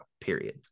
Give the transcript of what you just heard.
period